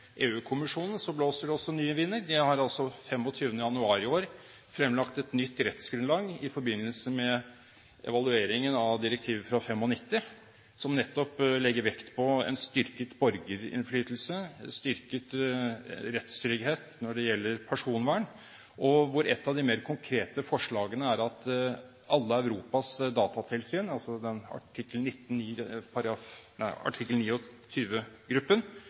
blåser nye vinder. 25. januar i år ble det fremlagt et nytt rettsgrunnlag i forbindelse med evalueringen av direktivet fra 1995, som nettopp legger vekt på en styrket borgerinnflytelse, styrket rettstrygghet når det gjelder personvern, og hvor ett av de mer konkrete forslagene er at alle Europas datatilsyn – Artikkel 29-gruppen, som den